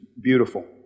beautiful